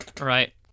Right